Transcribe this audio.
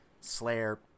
Slayer